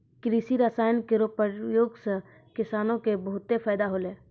कृषि रसायन केरो प्रयोग सँ किसानो क बहुत फैदा होलै